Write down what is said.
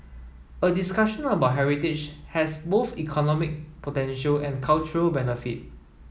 a discussion about heritage has both economic potential and cultural benefit